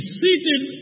seated